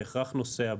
בהכרח נוסע בה.